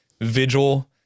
vigil